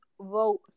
vote